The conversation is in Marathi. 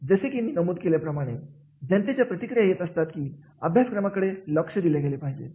जसे की मी नमूद केल्याप्रमाणे जनतेच्या प्रतिक्रिया येत असतात की अभ्यासक्रमाकडे लक्ष दिले गेले पाहिजे